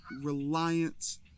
reliance